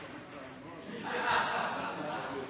er jo